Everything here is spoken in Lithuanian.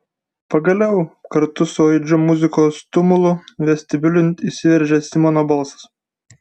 pagaliau kartu su aidžiu muzikos tumulu vestibiulin įsiveržė simono balsas